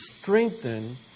strengthen